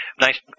Nice